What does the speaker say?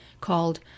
called